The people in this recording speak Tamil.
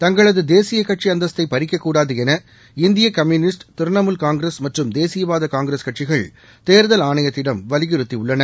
தங்களது தேசியக் கட்சி அந்தஸ்தை பறிக்கக் கூடாது என இந்திய கம்யூனிஸ்ட் திரிணாமூல் காங்கிரஸ் மற்றும் தேசியவாத காங்கிரஸ் கட்சிகள் தேர்தல் ஆணையத்திடம் வலியுறுத்தியுள்ளன